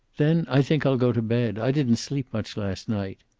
then i think i'll go to bed. i didn't sleep much last night.